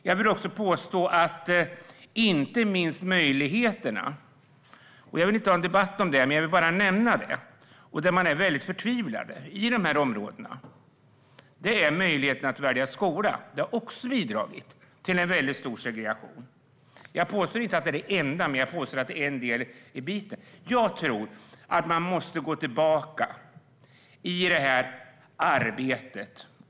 Jag vill inte ha en debatt om detta, men låt mig bara nämna att man i dessa områden är förtvivlad över möjligheten att välja skola. Det har också bidragit till en stor segregation. Jag påstår inte att det är hela förklaringen, men jag påstår att det är en del av den. Jag tror att vi måste gå tillbaka i detta arbete.